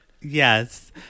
Yes